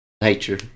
nature